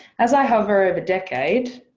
as i hover over decade,